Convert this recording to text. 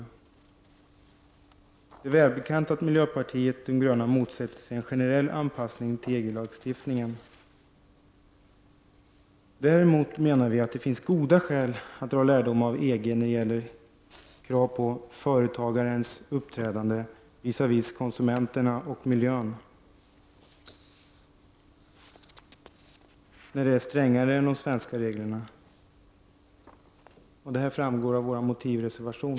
Det är välbekant att miljöpartiet de gröna motsätter sig en generell anpassning till EG-lagstiftningen. Vi menar däremot att det finns goda skäl att dra lärdom av EG-regler, som ställer krav på företagarens uppträdande visavi konsumenterna och miljön, när dessa bestämmelser är strängare än de svenska reglerna. Detta framgår av vår motivreservation.